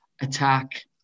attack